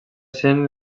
sent